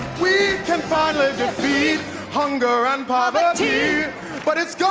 we can finally defeat hunger and poverty but it's